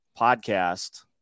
podcast